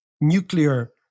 nuclear